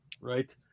Right